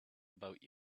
about